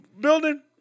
building